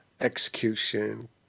execution